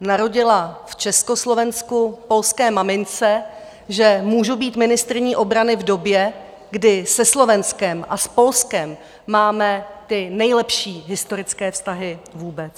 narodila v Československu polské mamince, že můžu být ministryní obrany v době, kdy se Slovenskem a s Polskem máme ty nejlepší historické vztahy vůbec.